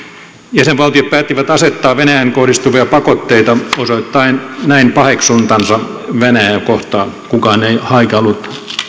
ja sen valtiot päättivät asettaa venäjään kohdistuvia pakotteita osoittaen näin paheksuntansa venäjää kohtaan kukaan ei haikaillut